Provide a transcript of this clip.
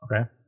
okay